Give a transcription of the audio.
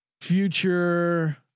Future